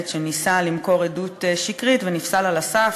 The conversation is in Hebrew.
שניסה למכור עדות שקרית ונפסל על הסף.